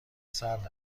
سرد